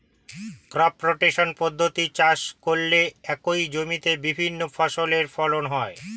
crop rotation পদ্ধতিতে চাষ করলে একই জমিতে বিভিন্ন ফসলের ফলন হয়